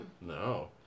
No